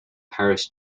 paris